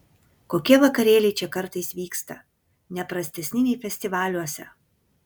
kokie vakarėliai čia kartais vyksta ne prastesni nei festivaliuose